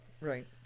Right